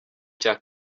cya